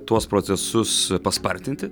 tuos procesus paspartinti